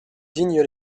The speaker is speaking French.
digne